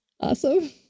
Awesome